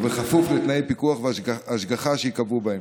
ובכפוף לתנאי פיקוח והשגחה שייקבעו בהן.